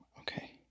Okay